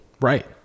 Right